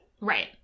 Right